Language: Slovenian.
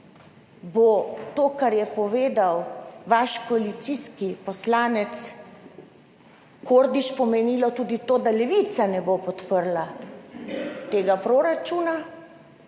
bo to, kar je povedal vaš koalicijski poslanec Kordiš, pomenilo tudi to, da Levica ne bo podprla tega proračuna